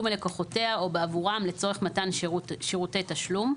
מלקוחותיה או בעבורם לצורך מתן שירותי תשלום,